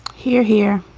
here, here